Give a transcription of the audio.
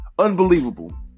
Unbelievable